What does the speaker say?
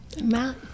Matt